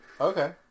okay